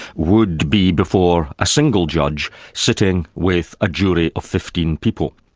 would be before a single judge, sitting with a jury of fifteen people.